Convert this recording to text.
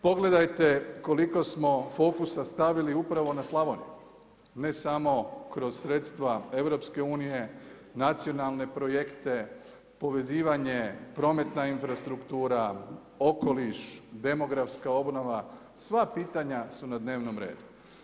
Pogledajte koliko smo fokusa stavili upravo na Slavoniju, ne samo kroz sredstva EU, nacionalne projekte povezivanje, prometna infrastruktura, okoliš, demografska obnova, sva pitanja su na dnevnom redu.